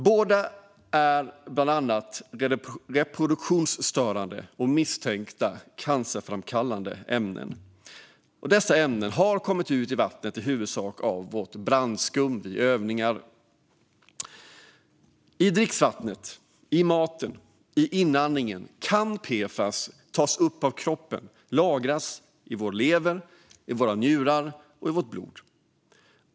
Båda är bland annat reproduktionsstörande och misstänkt cancerframkallande ämnen. Dessa ämnen har kommit ut i vattnet i huvudsak via brandskum vid övningar. Via dricksvattnet, maten och inandningen kan PFAS tas upp av kroppen och lagras i vår lever, i våra njurar och i vårt blod.